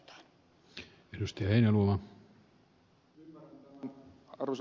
arvoisa puhemies